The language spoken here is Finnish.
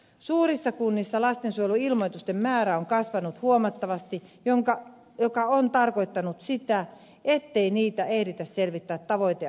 suurissa kunnissa lastensuojeluilmoitusten määrä on kasvanut huomattavasti mikä on tarkoittanut sitä ettei ilmoituksia ehditä selvittämään tavoiteajassa